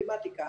מתמטיקה,